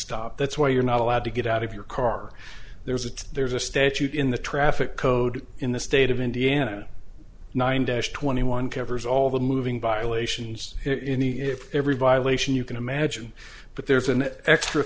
stop that's why you're not allowed to get out of your car there's it's there's a statute in the traffic code in the state of indiana nine dash twenty one covers all the moving violations in the if every violation you can imagine but there's an extra